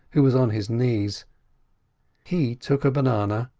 who was on his knees he took a banana,